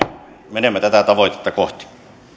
menemme tätä tavoitetta kohti